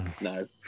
No